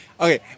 Okay